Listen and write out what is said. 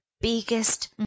biggest